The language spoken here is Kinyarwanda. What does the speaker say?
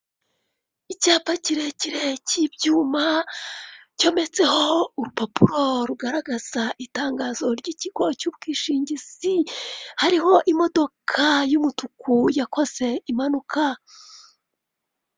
Icyapa kirekire cy'ibyuma cyometseho urupapuro rugaragaza itangazo ry'ikigo cy'ubwishingizi hariho imodoka y'umutuku yakoze impanuka.